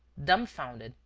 dumbfounded,